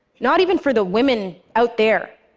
not even for the women out there,